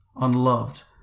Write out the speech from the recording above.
unloved